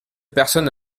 personne